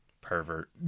Pervert